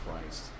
Christ